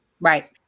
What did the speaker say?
Right